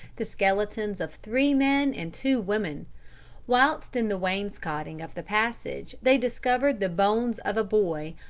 the skeletons of three men and two women whilst in the wainscoting of the passage they discovered the bones of a boy,